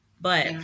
But-